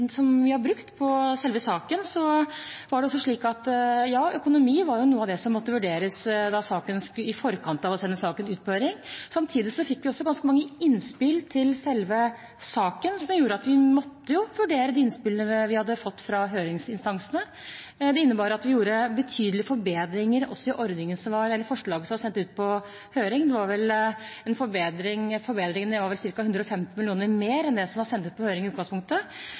vi har brukt på selve saken, er det slik at økonomi var noe av det som måtte vurderes i forkant av at saken skulle sendes på høring. Samtidig fikk vi også ganske mange innspill til selve saken som gjorde at vi måtte vurdere de innspillene vi hadde fått fra høringsinstansene. Det innebar at vi gjorde betydelige forbedringer i forslaget som var sendt ut på høring. Det var vel en forbedring på ca. 150 mill. kr mer enn i det forslaget som i utgangspunktet var sendt ut på høring. Så det som vi behandler her i dag, er en vesentlig forbedring av den ordningen som regjeringen i utgangspunktet